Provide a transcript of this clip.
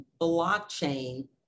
Blockchain